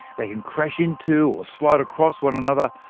they can crash into, or slide across, one another,